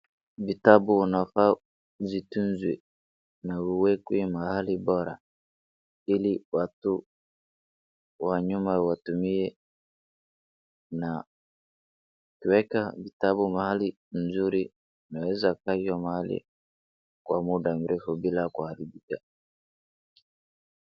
Vitabu inafaa zitunzwe na viwekwe mahali bora ili watu wa nyuma watumie na kuweka vitabu mahali nzuri inaweza kuachwa mahali kwa muda mrefu bila kuharibika .